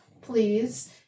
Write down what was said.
please